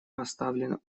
поставлены